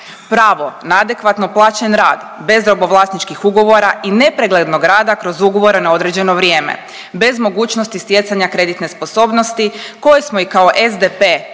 pravo na adekvatno plaćen rad bez robovlasničkih ugovora i nepreglednog rada kroz ugovore na određeno vrijeme, bez mogućnosti stjecanja kreditne sposobnosti koje smo i kao SDP